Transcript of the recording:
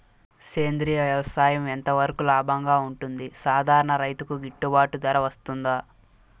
సేంద్రియ వ్యవసాయం ఎంత వరకు లాభంగా ఉంటుంది, సాధారణ రైతుకు గిట్టుబాటు ధర వస్తుందా?